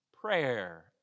Prayer